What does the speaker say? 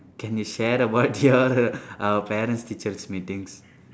can you share about your uh parents teachers meetings